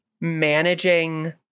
managing